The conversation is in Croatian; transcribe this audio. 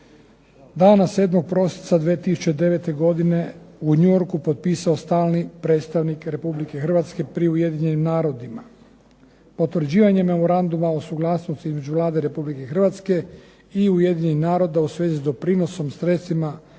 dana 7. prosinca 2009. godine u New Yorku potpisao stalni predstavnik Republike Hrvatske pri Ujedinjenim narodima. Potvrđivanje memoranduma o suglasnosti između Vlade Republike Hrvatske i Ujedinjenih naroda u svezi s doprinosom, sredstvima